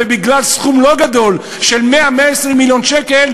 ובגלל סכום לא גדול של 100 120 מיליון שקל,